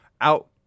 out